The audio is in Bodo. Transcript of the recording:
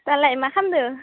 दालाय मा खालामदो